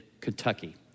Kentucky